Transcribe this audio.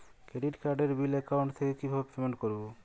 Credit কার্ডের bill account থেকে কিভাবে পেমেন্ট করবো?